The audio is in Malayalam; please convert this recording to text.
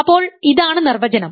അപ്പോൾ ഇതാണ് നിർവചനം